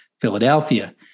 Philadelphia